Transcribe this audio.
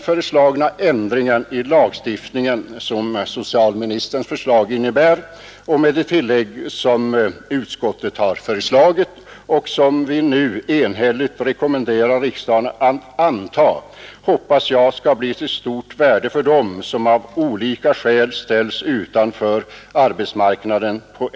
Den ändring i lagstiftningen som socialministerns förslag innebär och det tillägg utskottet gjort och enhälligt rekommenderat riksdagen att anta hoppas jag skall bli av stort värde för dem som av olika skäl på äldre dagar ställs utanför arbetsmarknaden.